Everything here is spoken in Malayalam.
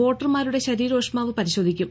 വോട്ടർമാരുടെ ശരീരോഷ്മാവ് പരിശോധിക്കും